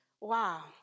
Wow